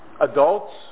adults